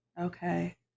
Okay